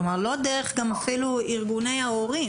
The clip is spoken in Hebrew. כלומר גם לא דרך ארגוני ההורים אפילו.